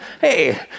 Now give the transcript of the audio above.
Hey